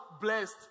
blessed